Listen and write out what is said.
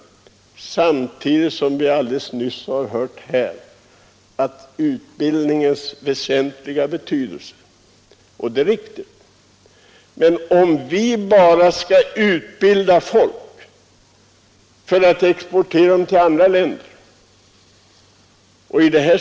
Vi har nyss hört vilken väsentlig betydelse utbildningen har — och det är riktigt. Men det föreligger här en fara för att vi utbildar folk bara för att exportera dem till andra länder.